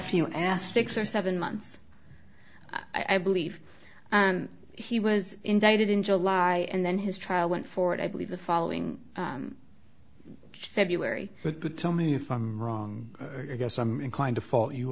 you asked six or seven months i believe he was indicted in july and then his trial went forward i believe the following february but tell me if i'm wrong i guess i'm inclined to fall you